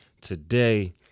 Today